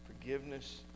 forgiveness